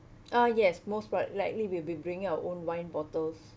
uh yes most like~ likely we'll be bringing our own wine bottles